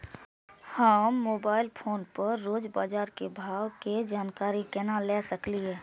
हम mobile phone पर रोज बाजार के भाव के जानकारी केना ले सकलिये?